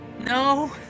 No